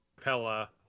Pella